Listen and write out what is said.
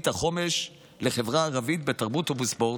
החומש לחברה הערבית בתרבות ובספורט.